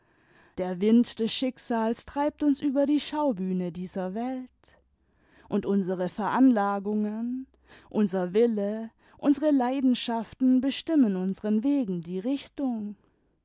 der wind des schicksals treibt uns über die schaubühne dieset welt und unsere veranlagungen unser wille unsere leidenschaften bestimmen unsem wegen die richtung